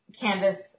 canvas